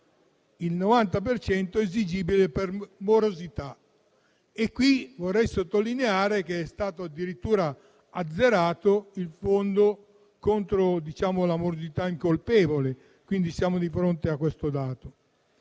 A questo proposito vorrei sottolineare che è stato addirittura azzerato il fondo contro la morosità incolpevole: siamo di fronte a questo dato.